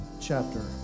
chapter